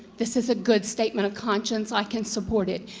this is a good statement of conscience. i can support it.